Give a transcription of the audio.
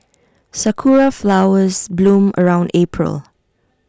Sakura Flowers bloom around April